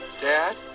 Dad